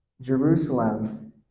Jerusalem